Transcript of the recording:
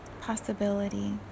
possibility